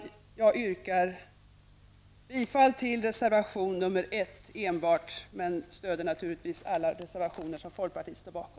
Jag yrkar bifall enbart till reservation 1 men stöder naturligtvis alla reservationer som folkpartiet står bakom.